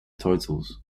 titles